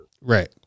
Right